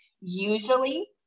usually